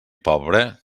pobre